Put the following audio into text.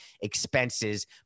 expenses